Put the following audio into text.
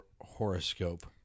horoscope